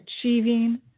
achieving